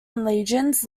legions